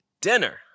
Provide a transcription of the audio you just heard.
dinner